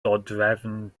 dodrefn